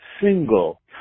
single